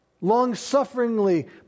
Long-sufferingly